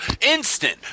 instant